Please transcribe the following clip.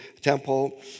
temple